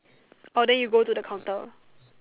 orh then you go to the counter